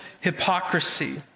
hypocrisy